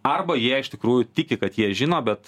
arba jie iš tikrųjų tiki kad jie žino bet